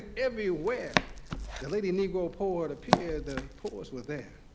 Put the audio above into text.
everywhere the lady negro poet appeared the poets were there.